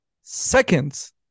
seconds